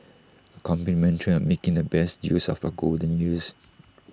A commentary on making the best use of your golden years